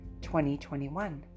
2021